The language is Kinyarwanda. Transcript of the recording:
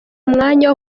umwanya